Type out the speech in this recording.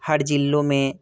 हर ज़िलों में